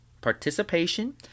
participation